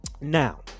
now